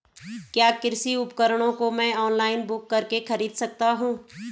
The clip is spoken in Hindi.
क्या कृषि उपकरणों को मैं ऑनलाइन बुक करके खरीद सकता हूँ?